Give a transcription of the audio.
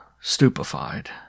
stupefied